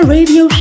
Radio